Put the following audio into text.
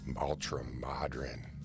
ultra-modern